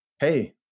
hey